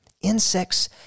Insects